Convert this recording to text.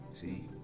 See